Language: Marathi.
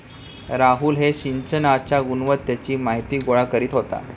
राहुल हे सिंचनाच्या गुणवत्तेची माहिती गोळा करीत आहेत